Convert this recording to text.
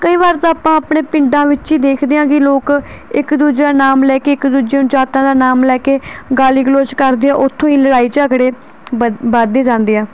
ਕਈ ਵਾਰ ਤਾਂ ਆਪਾਂ ਆਪਣੇ ਪਿੰਡਾਂ ਵਿੱਚ ਹੀ ਦੇਖਦੇ ਹਾਂ ਕਿ ਲੋਕ ਇੱਕ ਦੂਜਾ ਨਾਮ ਲੈ ਕੇ ਇੱਕ ਦੂਜੇ ਨੂੰ ਜਾਤਾਂ ਦਾ ਨਾਮ ਲੈ ਕੇ ਗਾਲੀ ਗਲੋਚ ਕਰਦੇ ਆ ਉੱਥੋਂ ਹੀ ਲੜਾਈ ਝਗੜੇ ਵੱਧ ਵੱਧਦੇ ਜਾਂਦੇ ਆ